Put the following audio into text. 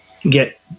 get